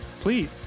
Please